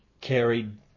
carried